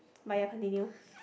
but ya continue